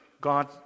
God